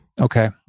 okay